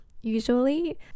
usually